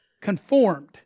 conformed